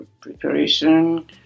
preparation